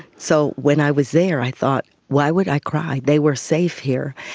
so when i was there i thought why would i cry, they were safe here.